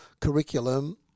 curriculum